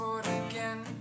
again